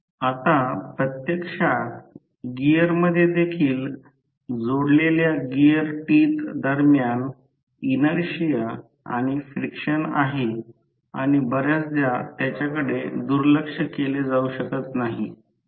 आता प्रत्यक्षात गिअरमध्ये देखील जोडलेल्या गिअर टीथ दरम्यान इनर्शिया आणि फ्रिक्शन आहे आणि बर्याचदा त्याकडे दुर्लक्ष केले जाऊ शकत नाही